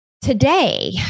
today